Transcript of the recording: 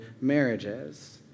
marriages